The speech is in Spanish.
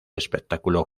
espectáculo